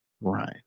Right